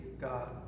God